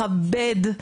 המכבד,